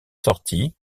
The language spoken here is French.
sortie